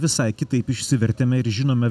visai kitaip išsivertėme ir žinome